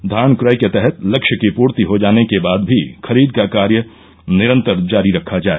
धान क्रय के तहत लक्ष्य की पूर्ति हो जाने के बाद भी खरीद का कार्य निरन्तर जारी रखा जाए